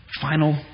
final